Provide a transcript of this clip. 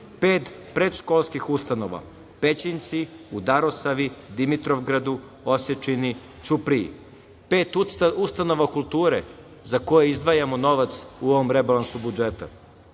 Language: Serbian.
predškolskih ustanova Pećinci, u Darosavi, Dimitrovgradu, Osečini, Ćupriji. Pet ustanova kulture za koje izdvajamo novac u ovom rebalansu budžeta